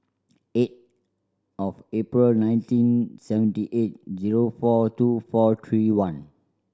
eight of April nineteen seventy eight zero four two four three one